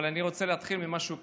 אבל אני רוצה להתחיל ממשהו קטן.